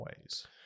ways